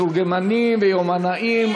מתורגמנים ויומנאים),